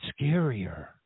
scarier